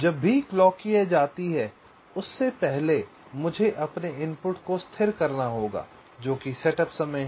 जब भी क्लॉक की एज आती है उससे पहले मुझे अपने इनपुट को स्थिर करना होगा जो कि सेटअप समय है